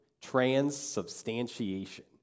transubstantiation